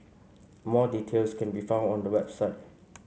more details can be found on the website